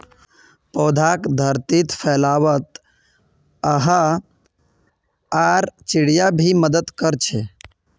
पौधाक धरतीत फैलवात हवा आर चिड़िया भी मदद कर छे